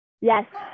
Yes